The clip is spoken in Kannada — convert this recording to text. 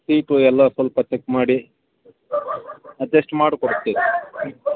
ಸೀಟು ಎಲ್ಲ ಸ್ವಲ್ಪ ಚೆಕ್ ಮಾಡಿ ಅಡ್ಜಸ್ಟ್ ಮಾಡಿಕೊಡ್ತಿನಿ